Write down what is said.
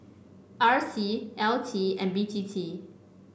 R C L T and B T T